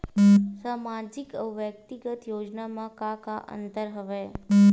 सामाजिक अउ व्यक्तिगत योजना म का का अंतर हवय?